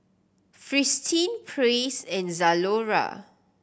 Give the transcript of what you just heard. Fristine Praise and Zalora